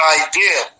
idea